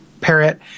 parrot